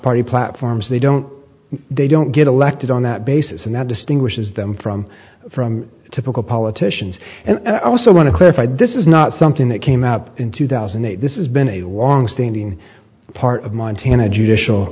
party platforms they don't they don't get elected on that basis and that distinguishes them from from typical politicians and i also want to clarify this is not something that came out in two thousand and eight this is been a longstanding part of montana judicial